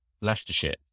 Leicestershire